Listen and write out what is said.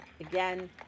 Again